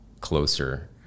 closer